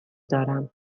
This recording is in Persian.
دارم